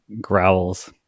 growls